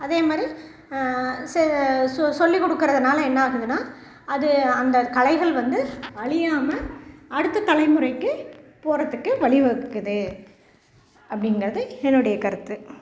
அதே மாதிரி சே சொ சொல்லி கொடுக்கறதுனால என்னாகுதுன்னா அது அந்த கலைகள் வந்து அழியாமல் அடுத்த தலைமுறைக்கு போகிறத்துக்கு வழி வகுக்குது அப்படிங்கறது என்னுடய கருத்து